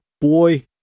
boy